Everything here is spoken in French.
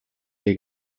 lès